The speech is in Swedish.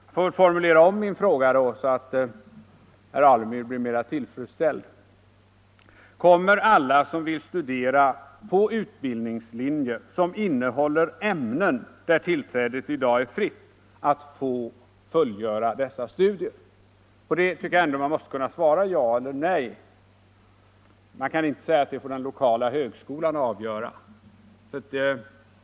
Jag får väl emellertid formulera om min fråga, så att herr Alemyr blir tillfredsställd: Kommer alla som vill studera på utbildningslinjer som innehåller ämnen där tillträdet i dag är fritt att få fullgöra dessa studier? På den frågan tycker jag ändå att man måste kunna svara ja eller nej. Man kan ju inte säga att det får den lokala högskolan avgöra.